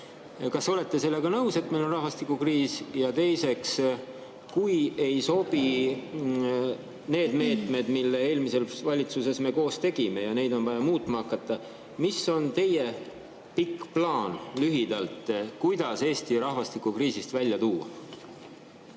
Kas olete sellega nõus, et meil on rahvastikukriis? Ja teiseks, kui ei sobi need meetmed, mille me eelmises valitsuses koos tegime, ja neid on vaja muutma hakata, siis mis on teie pikk plaan, lühidalt, kuidas Eesti rahvastikukriisist välja tuua?